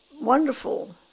wonderful